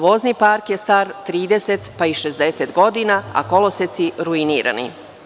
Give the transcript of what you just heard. Vozni park je star 30, pa i 60 godina, a koloseci ruinirani.